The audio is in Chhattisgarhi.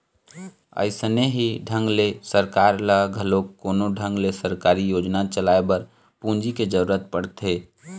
अइसने ही ढंग ले सरकार ल घलोक कोनो ढंग ले सरकारी योजना चलाए बर पूंजी के जरुरत पड़थे